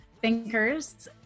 thinkers